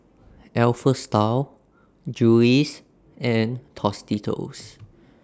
Alpha Style Julie's and Tostitos